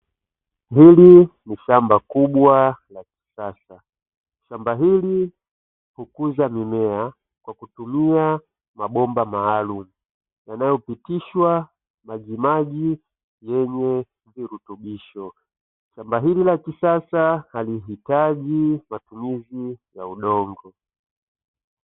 Hili ni shamba kubwa la kisasa, shamba hili hukuza mimea kwa kutumia mabomba maalumu yanayopitishwa majimaji yenye virutubisho, shamba hili la kisasa halihitaji matumizi ya udongo.